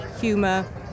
humour